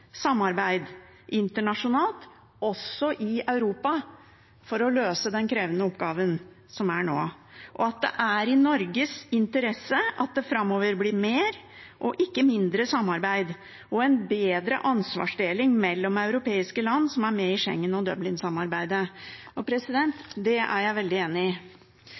samarbeid internasjonalt, også i Europa, for å løse den krevende oppgaven som er nå, og at det er i Norges interesse at det framover blir mer, ikke mindre, samarbeid og en bedre ansvarsdeling mellom europeiske land som er med i Schengen- og Dublin-samarbeidet. Det er jeg veldig enig i.